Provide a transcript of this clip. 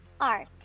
art